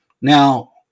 Now